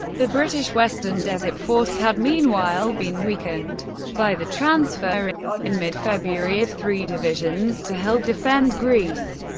the british western desert force had meanwhile been weakened by the transfer in mid-february of three divisions to help defend greece.